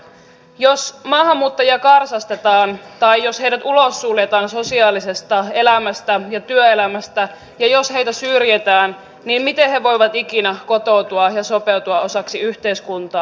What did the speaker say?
jos maahanmuuttajia karsastetaan tai jos heidät ulossuljetaan sosiaalisesta elämästä ja työelämästä ja jos heitä syrjitään niin miten he voivat ikinä kotoutua ja sopeutua osaksi yhteiskuntaa